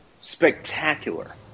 spectacular